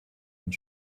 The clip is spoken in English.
and